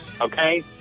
Okay